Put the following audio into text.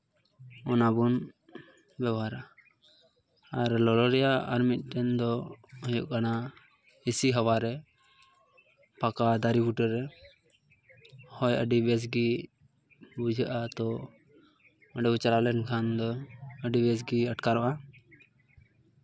ᱚᱱᱟ ᱵᱚᱱ ᱵᱮᱵᱚᱦᱟᱨᱟ ᱟᱨ ᱞᱚᱞᱚ ᱨᱮᱭᱟᱜ ᱟᱨ ᱢᱤᱫᱴᱮᱱ ᱫᱚ ᱦᱩᱭᱩᱜ ᱠᱟᱱᱟ ᱮᱹᱥᱤ ᱦᱟᱣᱟ ᱨᱮ ᱯᱷᱟᱠᱟ ᱫᱟᱨᱮ ᱵᱩᱴᱟᱹᱨᱮ ᱦᱚᱭ ᱟᱹᱰᱤ ᱵᱮᱥᱜᱮ ᱵᱩᱡᱷᱟᱹᱜᱼᱟ ᱛᱚ ᱚᱸᱰᱮ ᱵᱚ ᱪᱟᱞᱟᱣ ᱞᱮᱱᱠᱷᱟᱱ ᱫᱚ ᱟᱹᱰᱤ ᱵᱮᱥ ᱜᱮ ᱟᱴᱠᱟᱨᱚᱜᱼᱟ